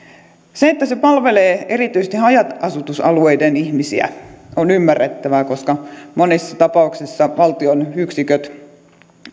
se että se palvelee erityisesti haja asutusalueiden ihmisiä on ymmärrettävää koska monessa tapauksessa valtion yksiköt